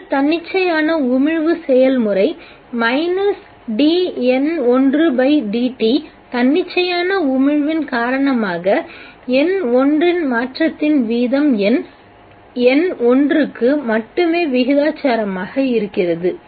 மற்ற தன்னிச்சையான உமிழ்வு செயல்முறை மைனஸ் dN1dt தன்னிச்சையான உமிழ்வின் காரணமாக N1 இன் மாற்றத்தின் வீதம் எண் N1 க்கு மட்டுமே விகிதாசாரமாக இருக்கிறது